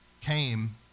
came